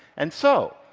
and so,